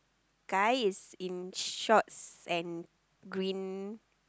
guy is in shorts and green